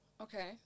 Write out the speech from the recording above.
Okay